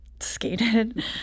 Skated